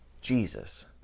Jesus